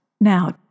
Now